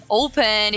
open